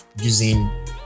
using